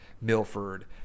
Milford